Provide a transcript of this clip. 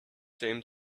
same